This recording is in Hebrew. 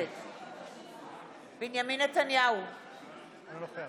כתבת שאת מבקשת, ואני לא מאשר